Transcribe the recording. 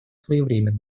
своевременным